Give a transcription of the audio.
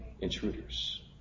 intruders